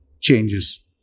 changes